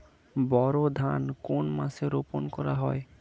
বোরো ধান কোন মাসে রোপণ করা হয়?